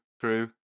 true